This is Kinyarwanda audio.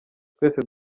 twese